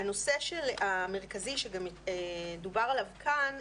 הנושא המרכזי שדובר עליו כאן,